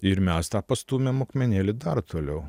ir mes tą pastūmėm akmenėlį dar toliau